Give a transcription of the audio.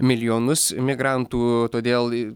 milijonus migrantų todėl